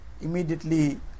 immediately